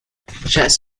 chess